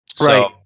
Right